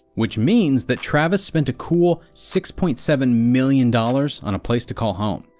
which means that travis spent a cool six point seven million dollars on a place to call home.